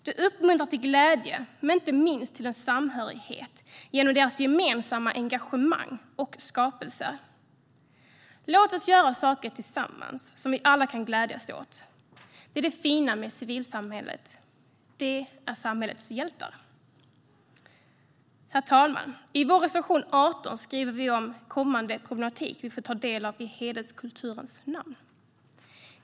Det uppmuntrar till glädje men inte minst till en samhörighet genom gemensamt engagemang och skapelse. Låt oss göra saker tillsammans som vi alla kan glädjas åt. Det är det fina med civilsamhället. Det är samhällets hjältar. Herr talman! I vår reservation 18 skriver vi om återkommande problem vi får ta del av i hederskulturens namn.